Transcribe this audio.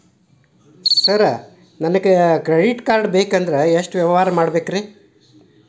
Sir ನನಗೆ credit card ಬೇಕಂದ್ರೆ ಎಷ್ಟು ವ್ಯವಹಾರ ಮಾಡಬೇಕ್ರಿ?